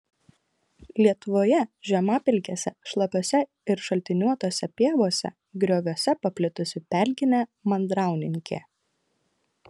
lietuvoje žemapelkėse šlapiose ir šaltiniuotose pievose grioviuose paplitusi pelkinė mandrauninkė